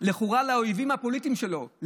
לכאורה לאויבים הפוליטיים שלו,